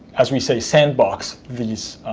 as we say, sandbox these